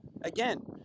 again